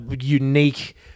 unique